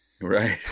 Right